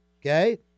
okay